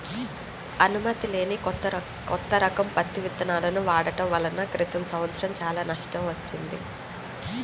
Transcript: అనుమతి లేని కొత్త రకం పత్తి విత్తనాలను వాడటం వలన క్రితం సంవత్సరం చాలా నష్టం వచ్చింది